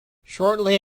shortly